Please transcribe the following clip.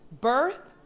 birth